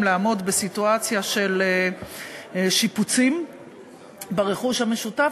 לעמוד בסיטואציה של שיפוצים ברכוש המשותף,